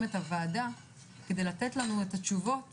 את הוועדה כדי לתת לנו את התשובות